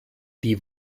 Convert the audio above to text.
die